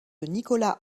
nicolas